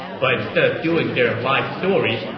but instead of doing their ah life stories,